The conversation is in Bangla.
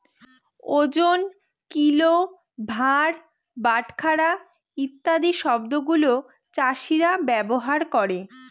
ওজন, কিল, ভার, বাটখারা ইত্যাদি শব্দগুলা চাষীরা ব্যবহার করে